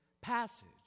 passage